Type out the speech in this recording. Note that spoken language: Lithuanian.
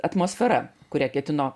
atmosfera kurią ketino